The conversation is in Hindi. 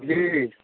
जी